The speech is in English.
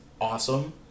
awesome